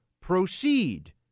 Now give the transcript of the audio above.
proceed